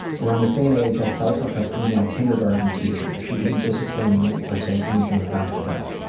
around the same age i felt up a female kindergarten teacher. she didn't discipline me or say anything about it though.